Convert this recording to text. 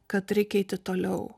kad reikia eiti toliau